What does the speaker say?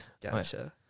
gotcha